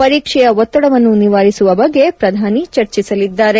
ಪರೀಕ್ಷೆಯ ಒತ್ತಡವನ್ನು ನಿವಾರಿಸುವ ಬಗ್ಗೆ ಪ್ರಧಾನಿ ಚರ್ಚಿಸಲಿದ್ದಾರೆ